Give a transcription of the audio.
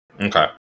Okay